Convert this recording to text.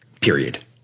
period